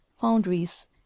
foundries